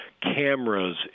cameras